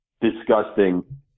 disgusting